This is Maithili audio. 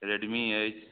रेडमी अछि